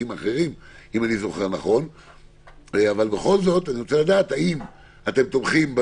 שממילא קיימת הרי לבתי המשפט יש זכות טבועה לעשות כל שהם